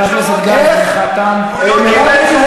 איך מרב מיכאלי,